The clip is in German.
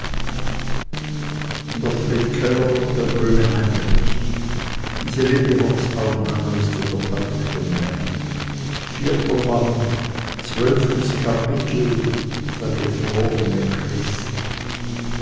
zwölftes kapitel der gefrorne christ